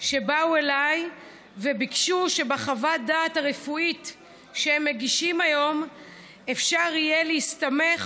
שבאו אליי וביקשו שבחוות הדעת הרפואית שמגישים אפשר יהיה להסתמך